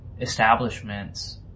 establishments